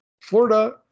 Florida